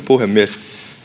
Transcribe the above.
puhemies